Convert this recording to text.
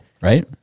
Right